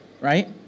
right